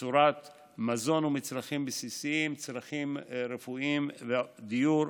בצורת מזון ומצרכים בסיסיים, צרכים רפואיים, דיור,